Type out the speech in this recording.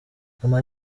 ama